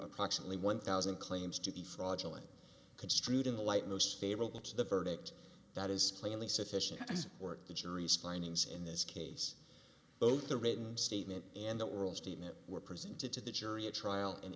approximately one thousand claims to be fraudulent construed in the light most favorable to the verdict that is plainly sufficient to support the jury's findings in this case both the written statement and the oral statement were presented to the jury a trial